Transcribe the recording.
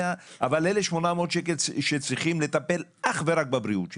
אבל אלה 800 שקל שצריכים לטפל אך ורק בבריאות שלהם.